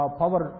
power